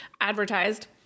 advertised